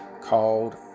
called